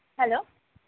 hello